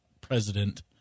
president